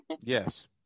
Yes